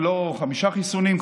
ולא חמישה חיסונים,